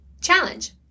Challenge